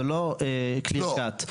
זה לא כלי מוחלט.